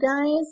guys